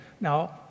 Now